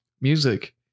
music